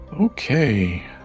Okay